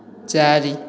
ଚାରି